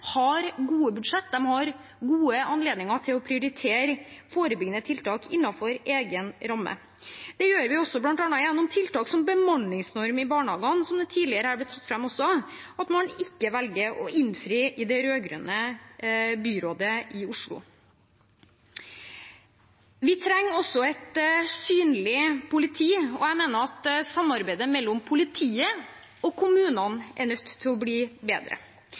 har gode budsjetter, de har god anledning til å prioritere forebyggende tiltak innenfor egen ramme. Og vi gjør det også bl.a. gjennom tiltak som bemanningsnorm i barnehagene, som det også tidligere er blitt tatt fram her at man ikke velger å innfri i det rød-grønne byrådet i Oslo. Vi trenger også et synlig politi, og jeg mener at samarbeidet mellom politiet og kommunene er nødt til å bli bedre.